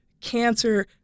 cancer